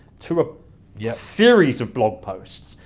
to a yeah series of blog posts,